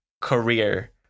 career